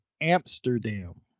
Amsterdam